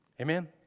Amen